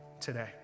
today